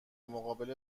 مقابل